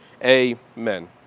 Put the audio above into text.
Amen